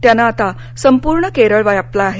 त्यानं आता संपूर्ण केरळ व्यापला आहे